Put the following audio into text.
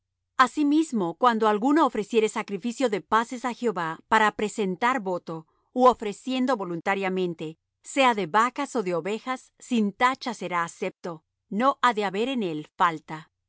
asimismo cuando alguno ofreciere sacrificio de paces á jehová para presentar voto ú ofreciendo voluntariamente sea de vacas ó de ovejas sin tacha será acepto no ha de haber en él falta